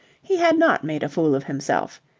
he had not made a fool of himself,